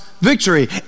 victory